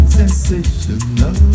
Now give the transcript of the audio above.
sensational